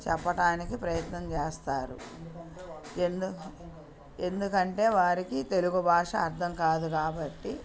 చెప్పటానికి ప్రయత్నంచేస్తారు ఎందుకంటే వారికి తెలుగు భాష అర్థం కాదు కాబట్టి